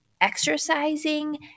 exercising